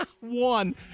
One